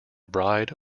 bride